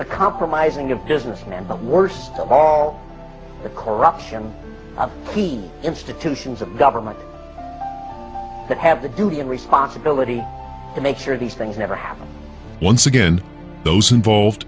a compromising a businessman but worst of all the corruption institutions of government that have the duty and responsibility to make sure these things never once again those involved